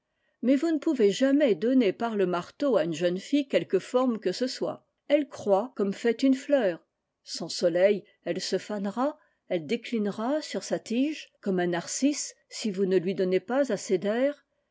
mais vous ne pouvez jamais donner par le mar teau à une jeune fille quelque forme que ce soit elle croît comme fait une fleur sans soleil elle se fanera elle déclinera sur sa tige comme un narcisse si vous ne lui donnez pas assez d'air